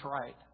right